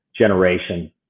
generation